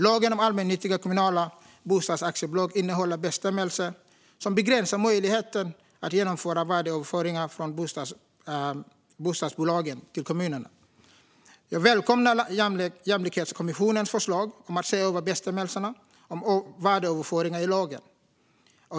Lagen om allmännyttiga kommunala bostadsaktiebolag innehåller bestämmelser som begränsar möjligheten att genomföra värdeöverföringar från bostadsbolagen till kommunerna. Jag välkomnar Jämlikhetskommissionens förslag om att se över bestämmelserna om värdeöverföringar i lagen.